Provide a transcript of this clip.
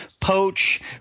poach